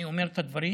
אני אומר את הדברים